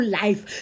life